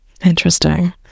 interesting